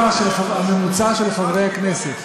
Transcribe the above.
הגובה הממוצע של חברי הכנסת.